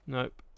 Nope